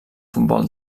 futbol